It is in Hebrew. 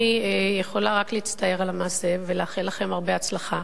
אני יכולה רק להצטער על המעשה ולאחל לכם הרבה הצלחה.